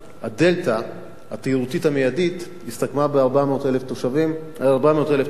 הדלתא התיירותית המיידית הסתכמה ב-400,000 תיירים,